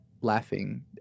laughing